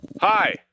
Hi